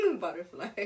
Butterfly